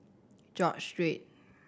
George Street